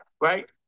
right